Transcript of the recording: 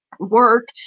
work